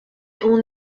اون